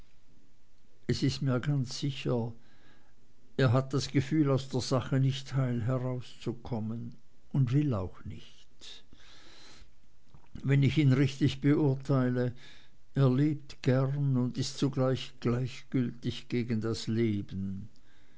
es ist mir ganz sicher er hat das gefühl aus der sache nicht heil herauszukommen und will auch nicht wenn ich ihn richtig beurteile er lebt gern und ist zugleich gleichgültig gegen das leben